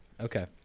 Okay